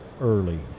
early